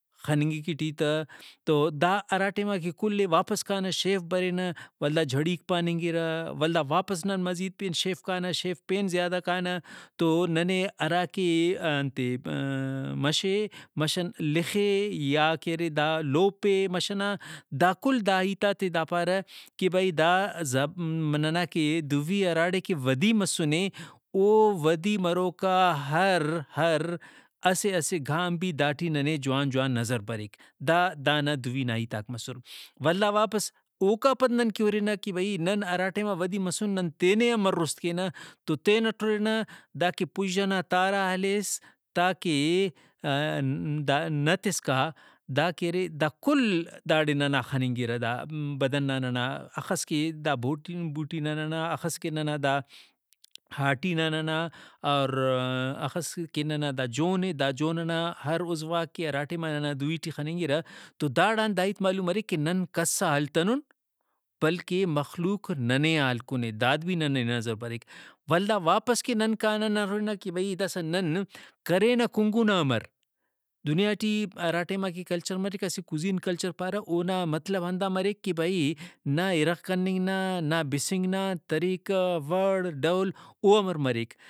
خننگک ایٹی تہ تو دا ہرا ٹائماکہ کُل ئے واپس کانہ شیف برینہ ولدا جھڑیک پاننگرہ ولدا واپس نن مزید پین شیف کانہ شیف پین زیادہ کانہ تو ننے ہرا کہ انتے مَش اے مَش لخ اے یاکہ ارے دا لوپ اے مَش ئنا دا کل دا ہیتاتے دا پارہ کہ بھئی دا زبا ننا کہ دوی ہراڑے کہ ودی مسُنے او ودی مروکا ہر ہر اسہ اسہ گھام بھی داٹی ننے جوان جوان نظر بریک۔ دا دانا دُوی نا ہیتاک مسُر ولدا واپس اوکا پد نن کہ ہُرنہ کہ بھئی نن ہرا ٹائما ودی مسُن نن تینے امر رُست کینہ تو تینٹ ہُرنہ داکہ پُژہ نا تارا ہلیس تاکہ دا نت اسکا داکہ ارے دا کل داڑے ننا خننگرہ دا بدن نا ننا اخس کہ دا بُھٹ بُھوٹی نا ننا اخس کہ ننا دا ہاٹی نا ننا اور ہخس کہ ننا دا جون اے دا جون ئنا ہر عضواک کہ ہرا ٹائما ننا دُوی ٹی خننگرہ تو داڑان دا ہیت معلوم مریک کہ نن کس آ ہلتنُنن بلکہ مخلوق ننے آ ہلکُنے داد بھی ننے نظر بریک ولدا واپس کہ نن کانہ نن ہُرنہ کہ بھئی داسہ نن کرینہ کُنگنہ امر؟ دنیا ٹی ہرا ٹائما کہ کلچر مریک اسہ کُزین کلچر پارہ اونا مطلب ہندا مریک کہ بھئی نا اِرغ کننگ نا نا بِسنگ نا طریقہ وڑ ڈول او امر مریک۔